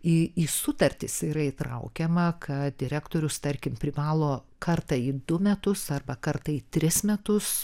į į sutartis yra įtraukiama kad direktorius tarkim privalo kartą į du metus arba kartą į tris metus